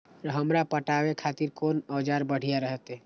हमरा पटावे खातिर कोन औजार बढ़िया रहते?